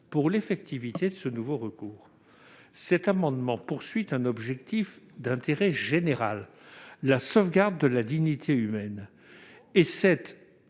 pour l'effectivité de ce nouveau recours. L'amendement vise un objectif d'intérêt général- la sauvegarde de la dignité humaine -, qui